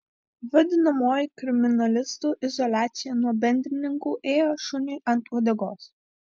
vadinamoji kriminalistų izoliacija nuo bendrininkų ėjo šuniui ant uodegos